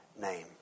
name